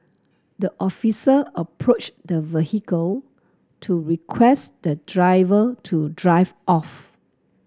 the officer approached the vehicle to request the driver to drive off